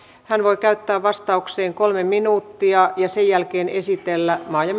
hän voi käyttää vastaukseen kolme minuuttia ja sen jälkeen esitellä maa ja